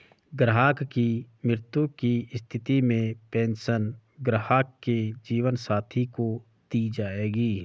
ग्राहक की मृत्यु की स्थिति में पेंशन ग्राहक के जीवन साथी को दी जायेगी